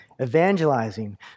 evangelizing